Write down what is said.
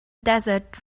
desert